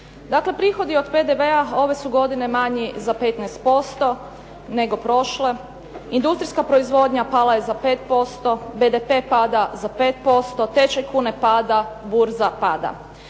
Dakle, prihodi od PDV-a ove su godine manji za 15%, nego prošle, industrijska proizvodnja pala je za 5%, BDP pada za 5%, tečaj kune pada, burza pada.